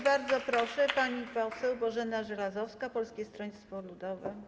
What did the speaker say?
Bardzo proszę, pani poseł Bożena Żelazowska, Polskie Stronnictwo Ludowe.